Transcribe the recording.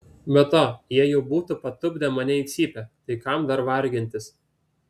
be to jie jau būtų patupdę mane į cypę tai kam dar vargintis